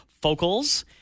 Focals